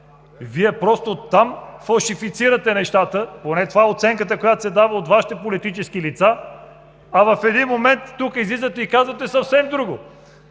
Вие просто там фалшифицирате нещата. Поне това е оценката, която се дава от Вашите политически лица, а в един момент тук излизате и казвате съвсем друго.